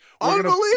Unbelievable